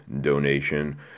donation